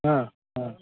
हा हा